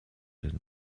den